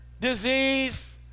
disease